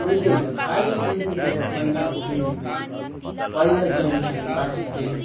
बेसी होइन खालि दुई रुपियाँ महिनाको दुई रुपियाँ पहिला जइन चाहिँ पाँच रुपियाँ